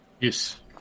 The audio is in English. yes